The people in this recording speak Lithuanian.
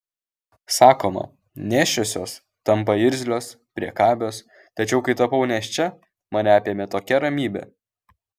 sakoma nėščiosios tampa irzlios priekabios tačiau kai tapau nėščia mane apėmė tokia ramybė